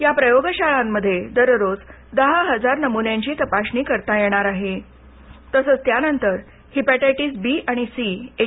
या प्रयोगशाळांमध्ये दररोज दहा हजार नमुन्यांची तपासणी करता येणार आहे तसच त्यानंतर हिपेटायटीस बी आणि सी एच